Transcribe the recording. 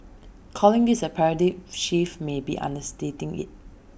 calling this A paradigm shift may be understating IT